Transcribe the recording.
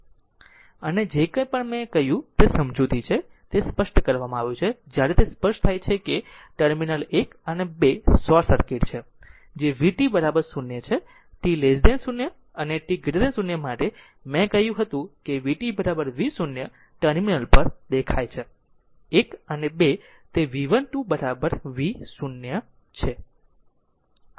અને જે કંઇ પણ મેં કહ્યું તે સમજૂતી છે તે સ્પષ્ટ કરવામાં આવ્યું છે જ્યારે તે સ્પષ્ટ થાય છે કે ટર્મિનલ 1 અને 2 શોર્ટ સર્કિટ છે જે vt 0 છે t 0 અને t 0 માટે મેં કહ્યું હતું કે vt v0 ટર્મિનલ પર દેખાય છે એક અને 2 તે v 12 v0 છે